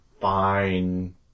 Fine